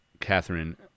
Catherine